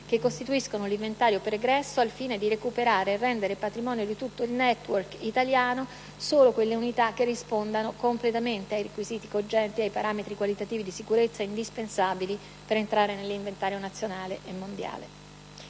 che costituiscono l'inventario pregresso, al fine di recuperare e rendere patrimonio di tutto il *network* italiano solo quelle unità che rispondano completamente ai requisiti cogenti e ai parametri qualitativi e di sicurezza indispensabili per entrare nell'inventario nazionale e mondiale.